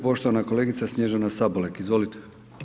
Poštovana kolegica Snježana Sabolek, izvolite.